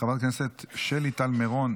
חברת הכנסת שלי טל מרון,